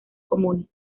comunes